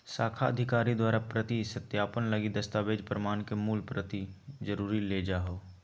शाखा अधिकारी द्वारा प्रति सत्यापन लगी दस्तावेज़ प्रमाण के मूल प्रति जरुर ले जाहो